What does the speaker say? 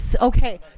okay